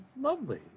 lovely